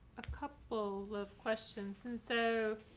a couple of questions and so.